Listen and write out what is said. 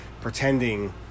pretending